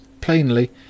plainly